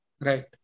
Right।